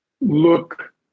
look